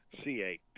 C8